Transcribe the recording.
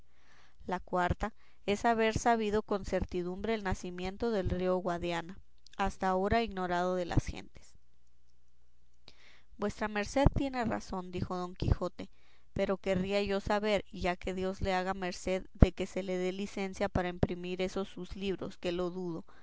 la cuarta es haber sabido con certidumbre el nacimiento del río guadiana hasta ahora ignorado de las gentes vuestra merced tiene razón dijo don quijote pero querría yo saber ya que dios le haga merced de que se le dé licencia para imprimir esos sus libros que lo dudo